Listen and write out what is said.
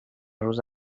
روز